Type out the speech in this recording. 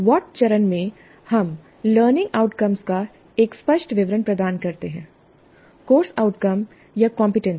what चरण में हम लर्निंग आउटकमस का एक स्पष्ट विवरण प्रदान करते हैं कोर्स आउटकम या कंपीटेंसी